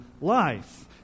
life